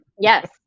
yes